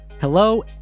Hello